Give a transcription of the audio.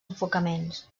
enfocaments